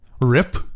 Rip